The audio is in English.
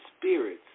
Spirits